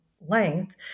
length